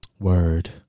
Word